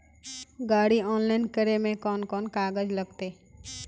गाड़ी ऑनलाइन करे में कौन कौन कागज लगते?